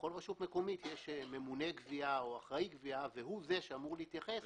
בכל רשות מקומית יש ממונה גבייה או אחראי גבייה והוא זה שאמור להתייחס